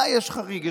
אולי יש חריג,